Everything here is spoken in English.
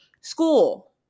school